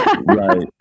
Right